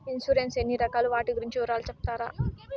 Insurance ఎన్ని రకాలు వాటి గురించి వివరాలు సెప్తారా?